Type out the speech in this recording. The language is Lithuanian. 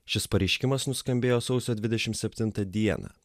šis pareiškimas nuskambėjo sausio dvidešimt septintą dieną